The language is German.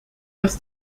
dass